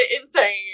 insane